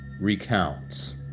recounts